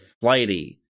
flighty